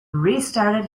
restarted